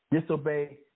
disobey